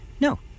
No